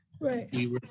Right